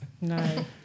No